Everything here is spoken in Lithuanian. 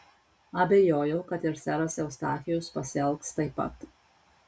abejojau kad ir seras eustachijus pasielgs taip pat